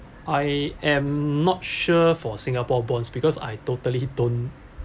I am not sure for singapore bonds because I totally don't